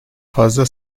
fazla